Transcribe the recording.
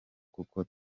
kuko